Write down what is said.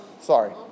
sorry